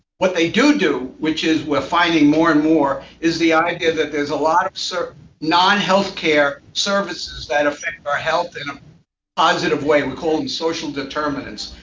what they do do, which is we're finding more and more, is the idea that there's a lot of so non-health care services that affect our health in a positive way. we call them social determinants.